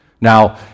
Now